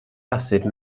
acid